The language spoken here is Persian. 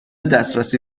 دسترسی